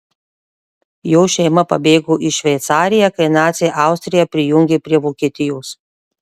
jo šeima pabėgo į šveicariją kai naciai austriją prijungė prie vokietijos